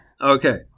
Okay